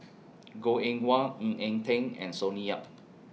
Goh Eng Wah Ng Eng Teng and Sonny Yap